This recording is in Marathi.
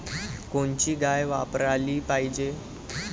कोनची गाय वापराली पाहिजे?